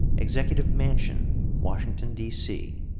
executive mansion, washington, d c,